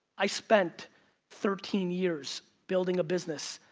i spent thirteen years bulding a business.